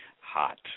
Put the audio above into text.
Hot